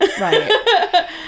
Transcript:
Right